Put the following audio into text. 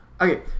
Okay